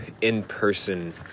in-person